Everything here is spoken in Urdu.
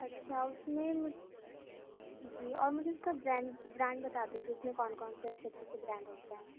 اچھا اور اس میں مجھ جی اور مجھے اس کا برینڈ برانڈ بتا دیجیے اس میں کون کون سے اچھے اچھے سے برانڈ ہوتے ہیں